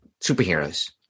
superheroes